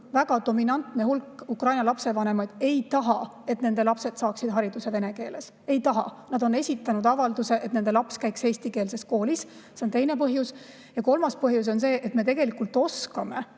väga dominantne hulk ukraina laste vanemaid ei taha, et nende lapsed saaksid hariduse vene keeles, ja nad on esitanud avalduse, et nende laps käiks eestikeelses koolis. See on teine põhjus. Ja kolmas põhjus on see, et me tegelikult oskame